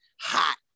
hot